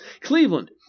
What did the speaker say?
Cleveland